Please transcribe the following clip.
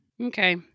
Okay